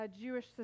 Jewish